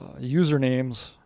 usernames